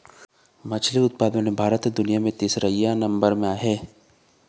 मछरी उत्पादन म भारत ह दुनिया म तीसरइया नंबर म आहे